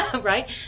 right